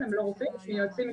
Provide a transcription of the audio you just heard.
הם לא רופאים, הם יועצי משפטיים,